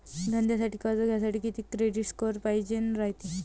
धंद्यासाठी कर्ज घ्यासाठी कितीक क्रेडिट स्कोर पायजेन रायते?